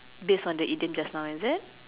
based on the idiom just now is it